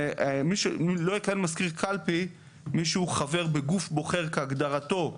שלא יכהן מזכיר קלפי מי שהוא חבר בגוף בוחר כהגדרתו,